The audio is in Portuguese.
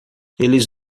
eles